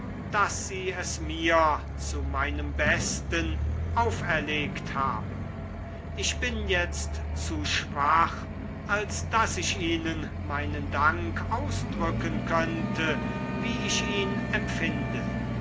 daß sie es mir zu meinem besten auferlegt haben ich bin jetzt zu schwach als daß ich ihnen meinen dank ausdrücken könnte wie ich ihn empfinde